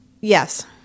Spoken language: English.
Yes